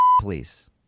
please